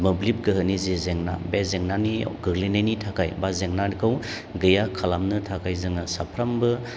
मोब्लि गोहोनि जे जेंना बे जेंनानि गोग्लैनायनि थाखाय बा जेंनाखौ गैया खालामनो थाखाय जोङो साफ्रोमबो